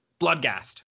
bloodgast